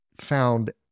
found